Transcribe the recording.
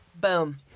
Boom